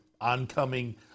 oncoming